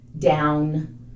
down